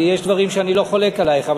יש דברים שאני לא חולק עלייך.